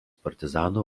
partizanų